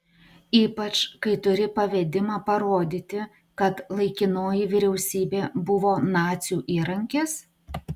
ypač kai turi pavedimą parodyti kad laikinoji vyriausybė buvo nacių įrankis